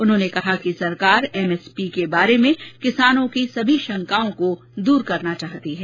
उन्होंने कहा कि सरकार एमएसपी के बारे में किसानों की सभी शंकाओं को दूर करना चाहती है